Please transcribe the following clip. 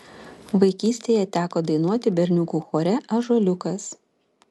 vaikystėje teko dainuoti berniukų chore ąžuoliukas